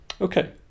okay